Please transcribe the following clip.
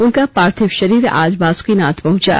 उनका पार्थिव शरीर आज बासुकिनाथ पहंचा